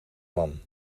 man